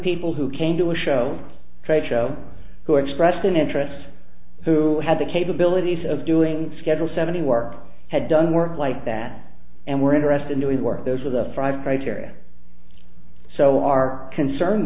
people who came to a show trade show who expressed an interest who had the capabilities of doing schedule seventy work had done work like that and were interested in doing the work those are the five criteria so our concern